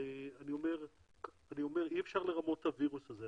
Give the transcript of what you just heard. אי אפשר לרמות את הווירוס הזה.